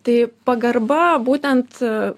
tai pagarba būtent